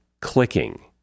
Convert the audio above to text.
clicking